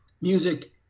music